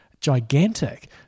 gigantic